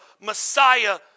Messiah